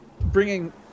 bringing